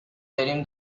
بریم